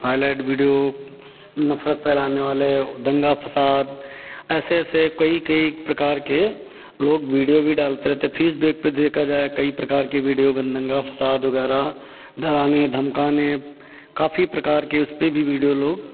highlight video नफ़रत फैलाने वाले दंगा फ़साद ऐसे ऐसे कई कई प्रकार के लोग वीडियो भी डालते रहते फ़ीसबैक पे देखा जाए कई प्रकार के वीडियो बन दंगा फ़साद वगैरह डराने धमकाने काफ़ी प्रकार के उसपे भी वीडियो लोग